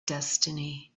destiny